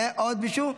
עוד מישהו?